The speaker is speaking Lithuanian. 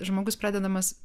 žmogus pradedamas